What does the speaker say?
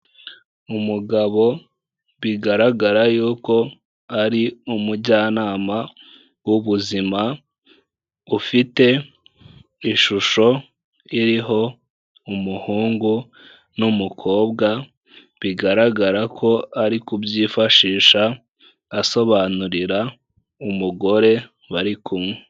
Umugabo bigaragara yuko ari umujyanama w'ubuzima, ufite ishusho iriho umuhungu n'umukobwa, bigaragara ko ari kubyifashisha asobanurira umugore bari kumwe.